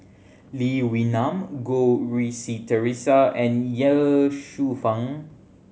Lee Wee Nam Goh Rui Si Theresa and Ye Shufang